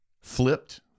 flipped